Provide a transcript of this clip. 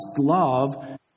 love